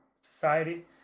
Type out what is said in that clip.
society